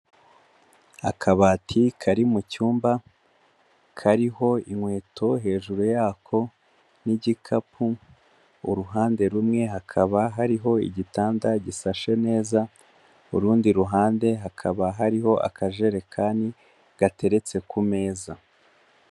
Akabati kari mu cyumba, kariho inkweto hejuru yako n'igikapu, uruhande rumwe hakaba hariho igitanda gisashe neza, urundi ruhande hakaba hariho akajerekani gateretse ku meza.